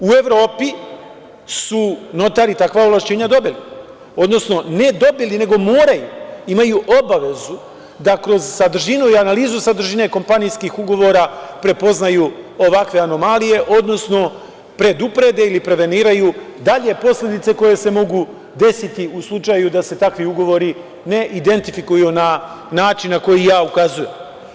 U Evropi su notari takva ovlašćenja dobili, odnosno ne dobili, nego moraju, imaju obavezu da kroz sadržinu i analizu sadržine kompanijskih ugovora prepoznaju ovakve anomalije, odnosno preduprede ili preveniraju dalje posledice koje se mogu desiti u slučaju da se takvi ugovori ne identifikuju na način na koji ja ukazujem.